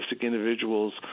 individuals